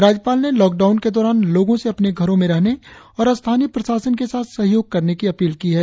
राज्यपाल ने लॉकडाउन के दौरान लोगों से अपने घरों में रहने और स्थानीय प्रशासन के साथ सहयोग करने की अपील की है